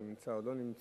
אם הוא נמצא או לא נמצא,